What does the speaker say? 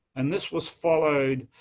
and this was followed,